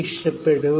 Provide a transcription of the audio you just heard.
ഇഷ്ടപ്പെടും